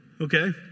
Okay